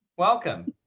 welcome.